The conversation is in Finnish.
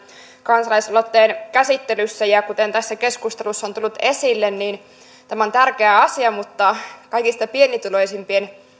kansalaisaloitteen käsittelyssä kuten tässä keskustelussa on tullut esille tämä on tärkeä asia mutta kaikista pienituloisimpien